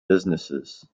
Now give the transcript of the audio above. businesses